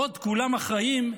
בעוד כולם אחראים,